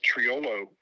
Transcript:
Triolo